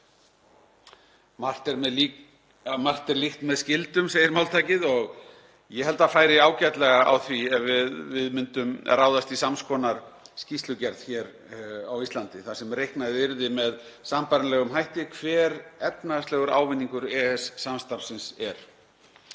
Margt er líkt með skyldum, segir máltækið, og ég held að það færi ágætlega á því ef við myndum ráðast í sams konar skýrslugerð hér á Íslandi þar sem reiknaði yrði með sambærilegum hætti hver efnahagslegur ávinningur EES-samstarfsins er.